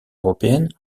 européenne